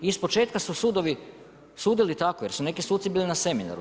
Iz početka su sudovi sudili tako, jer su neki suci bili na seminaru.